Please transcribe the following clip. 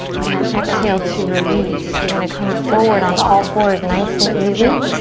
and then exhale to release. you're going to come forward onto all fours nice and easy.